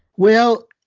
well,